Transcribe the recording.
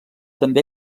també